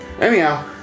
Anyhow